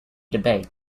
debate